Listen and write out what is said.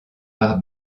par